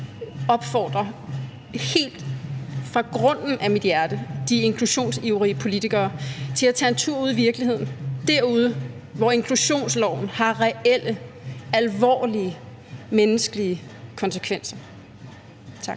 opfordrer helt fra grunden af hjertet de inklusionsivrige politikere til at tage en tur ud i virkeligheden, derude, hvor inklusionsloven har reelle, alvorlige menneskelige konsekvenser. Tak.